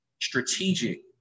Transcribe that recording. strategic